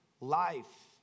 life